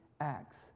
acts